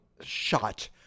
shot